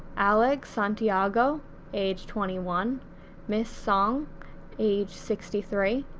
alex santiago age twenty one ms. tsang age sixty three,